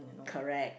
correct